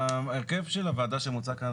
ההרכב של הוועדה שמוצע כאן,